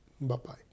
Bye-bye